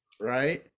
right